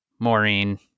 Maureen